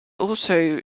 also